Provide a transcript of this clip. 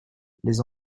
les